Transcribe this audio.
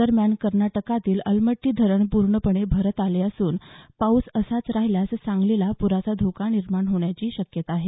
दरम्यान कर्नाटकातील अलमट्टी धरण पूर्णपणे भरत आले असून पाऊस असाच राहिल्यास सांगलीला पुराचा धोका निर्माण होण्याची शक्यता आहे